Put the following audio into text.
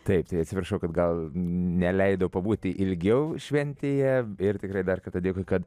taip tai atsiprašau kad gal neleidau pabūti ilgiau šventėje ir tikrai dar kartą dėkui kad